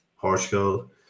Portugal